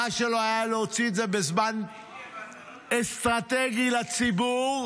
שלו הייתה להוציא את זה בזמן אסטרטגי לציבור,